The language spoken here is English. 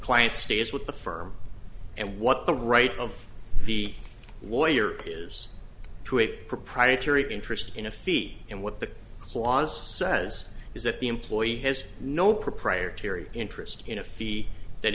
client stays with the firm and what the right of the warrior is to a proprietary interest in a fee and what the clause says is that the employee has no proprietary interest in a fee that